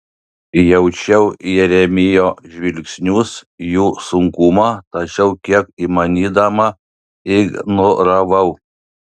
jaučiau jeremijo žvilgsnius jų sunkumą tačiau kiek įmanydama ignoravau